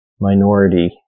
minority